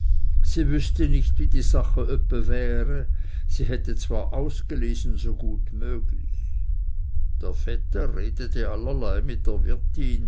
sie wüßte nicht wie die suppe öppe wäre sie hätte zwar ausgelesen so gut möglich der vetter redete allerlei mit der wirtin